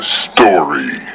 story